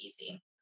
easy